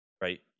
right